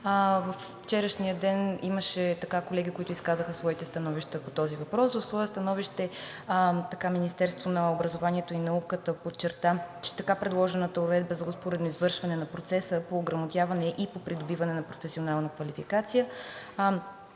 Във вчерашния ден имаше колеги, които изказаха своите становища по този въпрос. В свое становище Министерството на образованието и науката подчерта, че така предложената уредба за успоредно извършване на процеса по ограмотяване и по придобиване на професионална квалификация